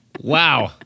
Wow